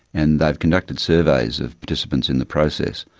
and they've conducted surveys of participants in the process,